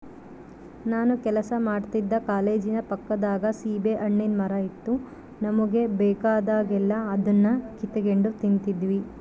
ನಾನು ಕೆಲಸ ಮಾಡ್ತಿದ್ದ ಕಾಲೇಜಿನ ಪಕ್ಕದಾಗ ಸೀಬೆಹಣ್ಣಿನ್ ಮರ ಇತ್ತು ನಮುಗೆ ಬೇಕಾದಾಗೆಲ್ಲ ಅದುನ್ನ ಕಿತಿಗೆಂಡ್ ತಿಂತಿದ್ವಿ